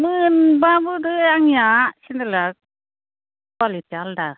मोनबाबोथ' आंनिया सेनदेल आ कुवालिटि या आलादा